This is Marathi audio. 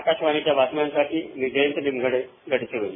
आकाशवाणी बातम्यासाठी मी जयवंत निमगडे गडचिरोली